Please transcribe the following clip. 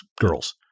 girls